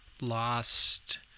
lost